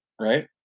right